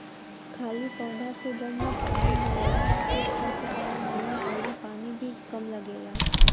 खाली पौधा के जड़ में पानी डालला के खर पतवार नाही अउरी पानी भी कम लगेला